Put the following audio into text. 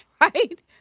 right